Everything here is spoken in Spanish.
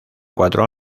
cuatro